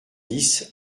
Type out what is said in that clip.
dix